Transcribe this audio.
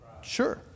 Sure